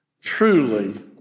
truly